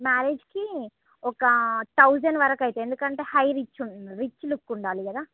marriage కి ఒక thousand వరుకు అయితాయి ఎందుకంటే హై రిచ్ రిచ్ లుక్ ఉండాలి కదా